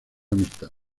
amistad